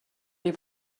les